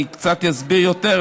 אני קצת אסביר יותר,